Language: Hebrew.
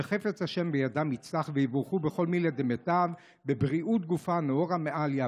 שחפץ השם בידם יצלח ויבורכו בכל מילי דמיטב בבריאות גופא ונהורא מעליא,